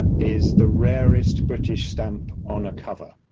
is the rarest british stamp on a cover.